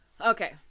Okay